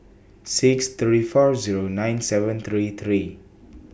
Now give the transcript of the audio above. six three four Zero nine seven three three